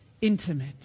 intimate